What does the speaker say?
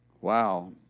Wow